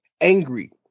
angry